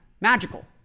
magical